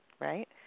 right